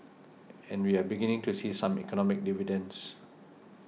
and we are beginning to see some economic dividends